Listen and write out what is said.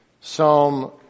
Psalm